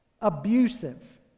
abusive